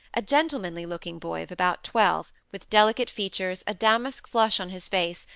a gentlemanly-looking boy of about twelve, with delicate features, a damask flush on his face,